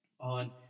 on